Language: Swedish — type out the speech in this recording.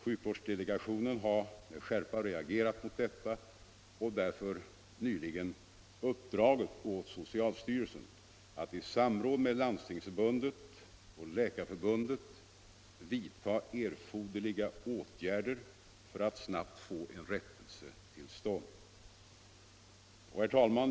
Sjukvårdsdelegationen har med skärpa reagerat mot detta och därför nyligen uppdragit åt socialstyrelsen att i samråd med Landstingsförbundet och Läkarförbundet vidta erforderliga åtgärder för att snabbt få en rättelse till stånd. Herr talman!